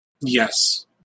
Yes